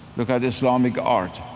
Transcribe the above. look at islamic art,